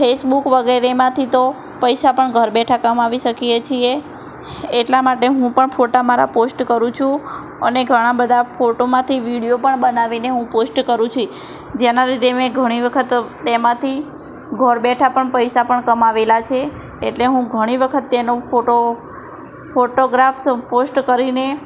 Facebook વગેરેમાંથી તો પૈસા પણ ઘર બેઠા કમાવી શકીએ છીએ એટલા માટે હું પણ ફોટા મારા પોસ્ટ કરું છું અને ઘણા બધા ફોટોમાંથી વિડીયો પણ બનાવીને હું પોસ્ટ કરું છું ઈ જેનાથી તે મેં ઘણી વખત તેમાંથી ઘર બેઠા પણ પૈસા પણ કમાવેલા છે એટલે હું ઘણી વખત તેનો ફોટો ફોટોગ્રાફ્સ પોસ્ટ કરીને